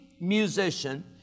musician